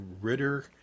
Ritter